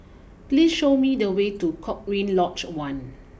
please show me the way to Cochrane Lodge one